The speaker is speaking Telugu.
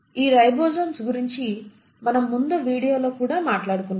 ఈ రైబోసోమ్స్ గురించి మనం ముందు వీడియోలో కూడా మాట్లాడుకున్నాం